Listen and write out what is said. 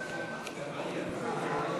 והשירותים החברתיים,